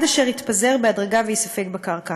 עד אשר יתפזר בהדרגה וייספג בקרקע.